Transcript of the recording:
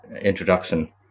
introduction